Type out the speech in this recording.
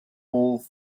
move